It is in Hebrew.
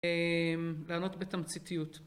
לענות בתמציתיות.